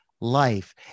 life